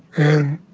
and